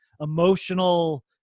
emotional